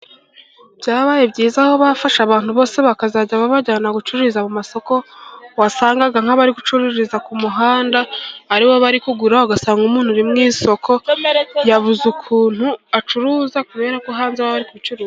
Byabaye byiza aho bafashe abantu bose bakazajya babajyana gucururiza mu masoko, wasangaga nk'abari gucururiza ku muhanda, ari bo bari kugurira, ugasanga umuntu uri mu isoko yabuze ukuntu acuruza, kubera ko hanze baba bari kubicuruza.